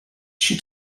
she